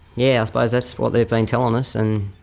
yeah suppose that's what they've been telling us and